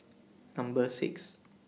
Number six